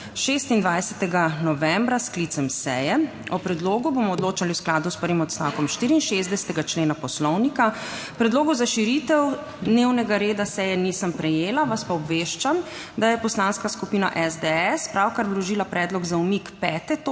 26. novembra, s sklicem seje. O predlogu bomo odločali v skladu s prvim odstavkom 64. člena Poslovnika. Predlogov za širitev dnevnega reda seje nisem prejela, vas pa obveščam, da je Poslanska skupina SDS pravkar vložila predlog za umik 5. točke